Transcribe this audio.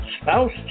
Spouse